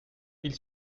ils